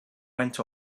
went